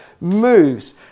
moves